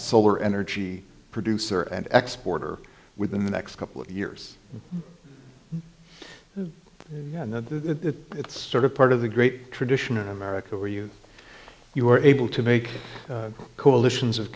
solar energy producer and export or within the next couple of years and that it's sort of part of the great tradition in america where you you were able to make coalitions of